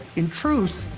in truth,